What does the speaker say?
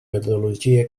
metodologia